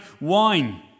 wine